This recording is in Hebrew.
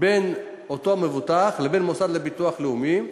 בין אותו מבוטח לבין המוסד לביטוח לאומי.